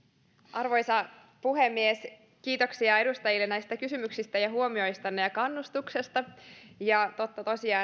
arvoisa puhemies kiitoksia edustajille näistä kysymyksistä ja huomioistanne ja kannustuksesta totta tosiaan